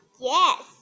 Yes